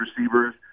receivers